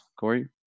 Corey